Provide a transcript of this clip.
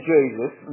Jesus